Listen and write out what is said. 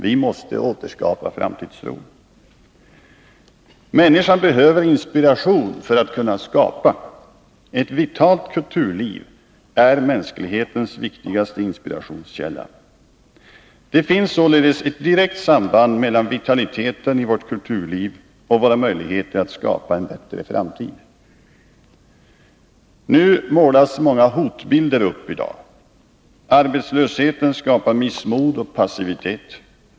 Vi måste återskapa framtidstron. Människan behöver inspiration för att kunna skapa. Ett vitalt kulturliv är mänsklighetens viktigaste inspirationskälla. Det finns således ett direkt samband mellan vitaliteten i vårt kulturliv och våra möjligheter att skapa en bättre framtid. I dag målas många hotbilder upp. Arbetslösheten skapar missmod och passivitet.